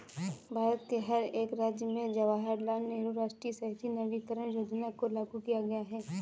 भारत के हर एक राज्य में जवाहरलाल नेहरू राष्ट्रीय शहरी नवीकरण योजना को लागू किया गया है